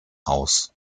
aus